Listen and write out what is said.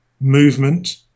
movement